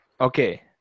okay